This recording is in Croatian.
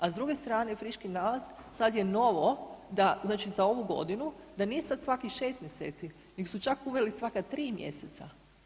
A s druge strane friški nalaz, sad je novo da, znači za ovu godinu, da nije sad svakih 6 mjeseci nego su čak uveli svaka 3 mjeseca.